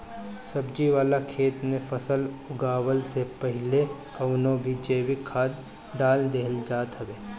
सब्जी वाला खेत में फसल उगवला से पहिले कवनो भी जैविक खाद डाल देहल जात हवे